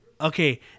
Okay